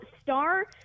STAR